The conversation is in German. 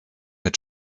mit